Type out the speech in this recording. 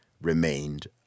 remained